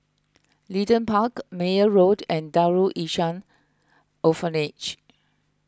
Leedon Park Meyer Road and Darul Ihsan Orphanage